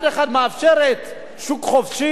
שמצד אחד מאפשרת שוק חופשי,